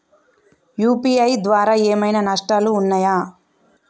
UPI ద్వారా ఏమైనా నష్టాలు ఉన్నయా?